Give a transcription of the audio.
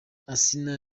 asinah